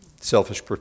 selfish